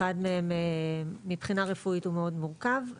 אחד מהם מבחינה רפואית הוא מאוד מורכב.